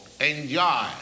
enjoy